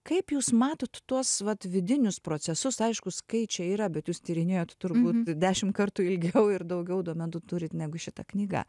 kaip jūs matot tuos vat vidinius procesus aišku skaičiai yra bet jūs tyrinėjot turbūt dešimt kartų ilgiau ir daugiau duomenų turit negu šita knyga